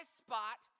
spot